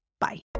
bye